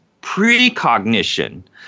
precognition